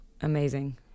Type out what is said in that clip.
amazing